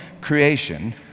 creation